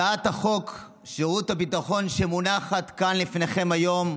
הצעת חוק שירות הביטחון שמונחת כאן לפניכם היום,